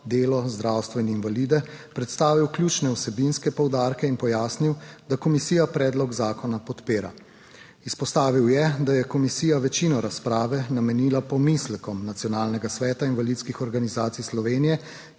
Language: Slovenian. delo, zdravstvo in invalide predstavil ključne vsebinske poudarke in pojasnil, da komisija predlog zakona podpira. Izpostavil je, da je komisija večino razprave namenila pomislekom Nacionalnega sveta invalidskih organizacij Slovenije,